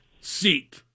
seat